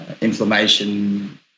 inflammation